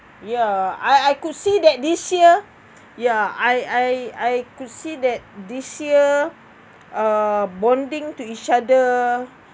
ya I I could see that this year ya I I I could see that this year uh bonding to each other